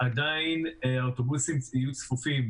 עדיין האוטובוסים יהיו צפופים.